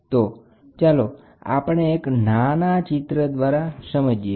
તો ચાલો આપણે એક નાના ચિત્ર દ્વારા સમજીએ